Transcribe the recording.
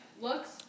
looks